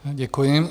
Děkuji.